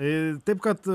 e taip kad